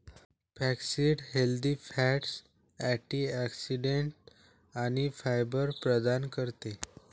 flaxseed healthy fats, antioxidants आणि fibre प्रदान करते